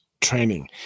training